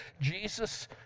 Jesus